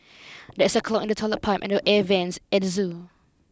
there is a clog in the toilet pipe and the air vents at the zoo